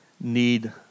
need